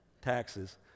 Taxes